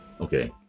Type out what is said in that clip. okay